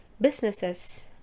businesses